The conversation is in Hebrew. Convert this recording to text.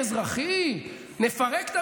צריך להיות